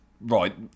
right